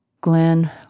Glenn